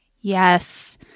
Yes